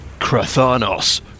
Krathanos